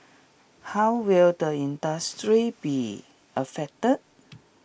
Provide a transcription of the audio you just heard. how will the industry be affected